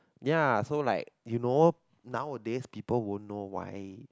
ya so like you know nowadays people won't know why